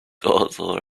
also